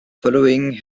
following